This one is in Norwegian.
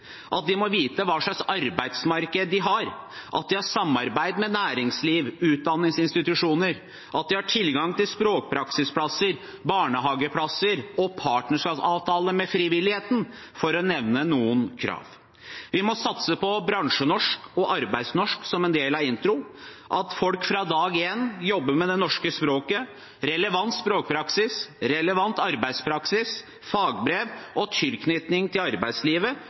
at de må vite hva slags arbeidsmarked de har, at de har samarbeid med næringslivet og utdanningsinstitusjoner, at de har tilgang til språkpraksisplasser, barnehageplasser og partnerskapsavtaler med frivilligheten, for å nevne noen krav. Vi må satse på bransjenorsk og arbeidsnorsk som en del av introkurset, at folk fra dag én jobber med det norske språket, relevant språkpraksis, relevant arbeidspraksis, fagbrev og tilknytning til arbeidslivet,